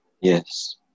Yes